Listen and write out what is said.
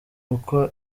uko